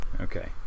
okay